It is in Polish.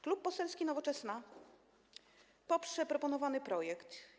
Klub Poselski Nowoczesna poprze proponowany projekt.